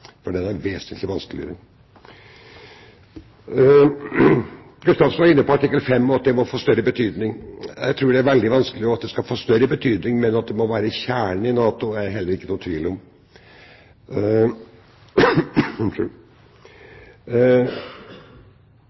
For det er vesentlig vanskeligere. Gustavsen var inne på artikkel 5 og at den må få større betydning. Jeg tror den veldig vanskelig kan få større betydning, men at den må være kjernen i NATO, er det heller ikke noen tvil om.